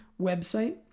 website